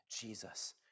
Jesus